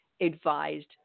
advised